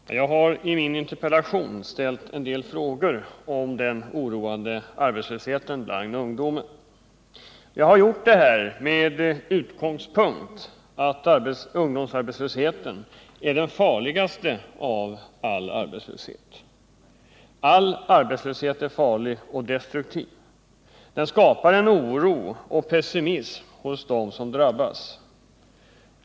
Herr talman! Jag har i min interpellation ställt en del frågor om den oroande arbetslösheten bland ungdomen. Jag har gjort det med utgångspunkt från att ungdomsarbetslösheten är den farligaste av all arbetslöshet. All arbetslöshet är farlig och destruktiv. Den skapar en oro och pessimism hos dem som den drabbar.